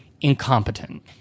incompetent